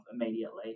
immediately